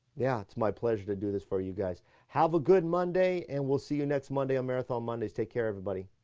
yeah it's my pleasure to do this for you guys have a good monday and we'll see you next monday on marathon mondays take care everybody